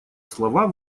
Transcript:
слова